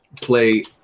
play